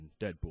Deadpool